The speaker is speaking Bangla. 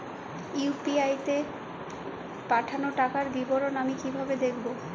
ইউ.পি.আই তে পাঠানো টাকার বিবরণ আমি কিভাবে দেখবো?